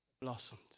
blossomed